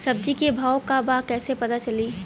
सब्जी के भाव का बा कैसे पता चली?